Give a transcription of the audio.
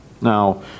Now